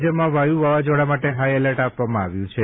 રાજ્યમાં વાયુવાવાઝોડા માટે હાઇએલર્ટ આપવામાં આવ્યું છે